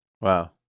Wow